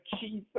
Jesus